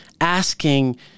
asking